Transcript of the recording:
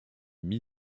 mit